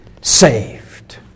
saved